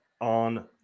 on